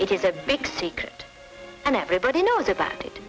it is a big secret and everybody knows about it